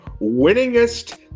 winningest